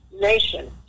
nation